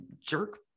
jerk